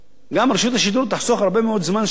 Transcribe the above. גם רשות השידור תחסוך הרבה מאוד זמן שידור.